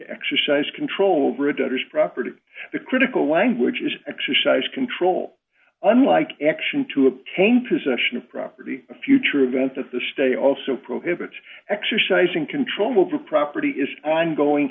exercise control over a daughter's property the critical languages exercise control unlike action to obtain possession of property a future event that the stay also prohibits exercising control over property is ongoing